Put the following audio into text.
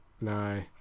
no